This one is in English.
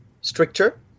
stricter